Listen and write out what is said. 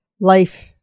life